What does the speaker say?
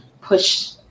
push